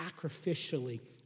sacrificially